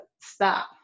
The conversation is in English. stop